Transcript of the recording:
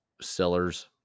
sellers